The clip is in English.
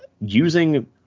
using